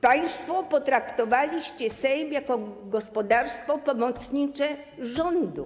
Państwo potraktowaliście Sejm jako gospodarstwo pomocnicze rządu.